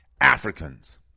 Africans